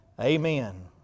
Amen